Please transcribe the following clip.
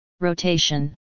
Rotation